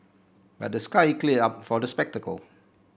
but the sky clear up for the spectacle